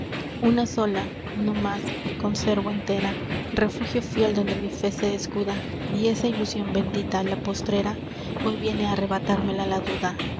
una sola no más conservo entera refugio fiel donde mi fé se escuda y esa ilusion bendita la postrera hoy viene á arrebatármela la duda